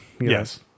Yes